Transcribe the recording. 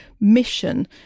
mission